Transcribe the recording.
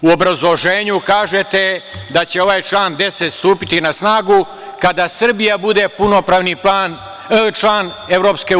U obrazloženju kažete da će ovaj član 10. stupiti na snagu kada Srbija bude punopravni član EU.